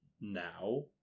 now